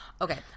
Okay